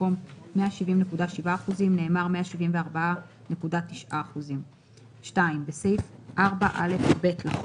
במקום "170.7%" נאמר "174.9%"; בסעיף 4א(ב) לחוק,